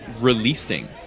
releasing